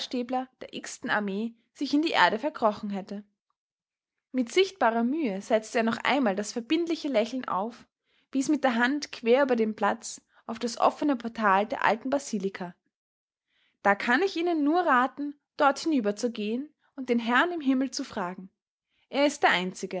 der ten armee sich in die erde verkrochen hätte mit sichtbarer mühe setzte er noch einmal das verbindliche lächeln auf wies mit der hand quer über den platz auf das offene portal der alten basilika da kann ich ihnen nur raten dort hinüberzugehen und den herrn im himmel zu fragen er ist der einzige